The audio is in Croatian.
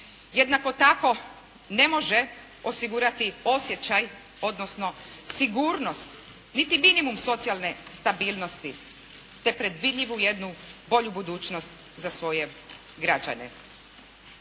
Jednako tako ne može osigurati osjećaj, odnosno sigurnost niti minimum socijalne stabilnosti te predvidljivu jednu bolju budućnost za svoje građane.